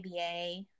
ABA